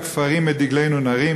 בכפרים את דגלנו נרים",